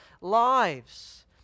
lives